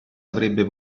avrebbe